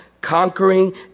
conquering